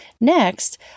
Next